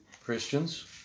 Christians